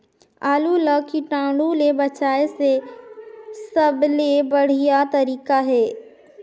आलू ला कीटाणु ले बचाय के सबले बढ़िया तारीक हे?